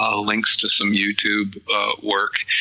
ah links to some youtube work,